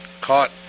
caught